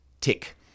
tick